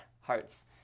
hearts